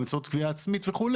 באמצעות גבייה עצמית וכו',